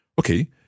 Okay